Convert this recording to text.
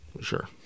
Sure